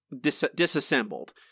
disassembled